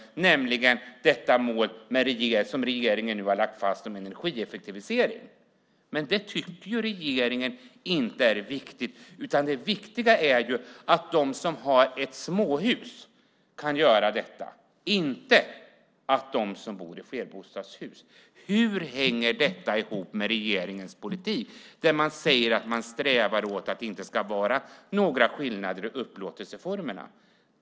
Det är det mål som regeringen nu har lagt fast om energieffektiviseringen. Det tycker regeringen inte är viktigt. Det viktiga är att de som har ett småhus kan göra detta men inte de som bor i flerbostadshus. Hur hänger detta ihop med regeringens politik där man säger att man strävar mot att det inte ska vara några skillnader mellan upplåtelseformerna?